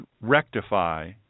rectify